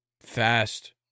fast –